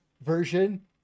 version